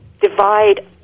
divide